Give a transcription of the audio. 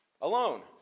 Alone